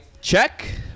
check